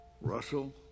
Russell